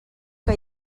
que